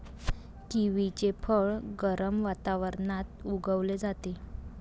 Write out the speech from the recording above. किवीचे फळ गरम वातावरणात उगवले जाते